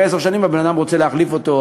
עשר שנים הבן-אדם רוצה להחליף אותו,